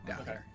Okay